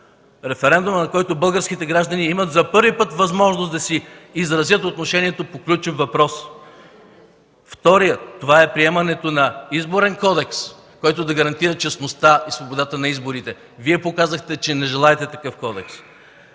референдум, на който българските граждани имат за първи път възможност да изразят отношението си по ключов въпрос. Второто е приемането на Изборен кодекс, който да гарантира честността, свободата на изборите. Вие показахте, че не желаете такъв кодекс.